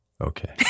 okay